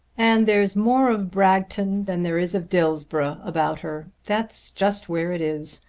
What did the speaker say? and there's more of bragton than there is of dillsborough about her that's just where it is.